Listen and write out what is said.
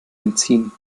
entziehen